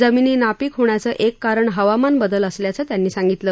जमिनी नापीक होण्याचं एक कारण हवामान बदल असल्याचं त्यांनी सांगितलं